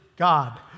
God